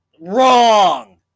Wrong